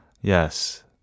Yes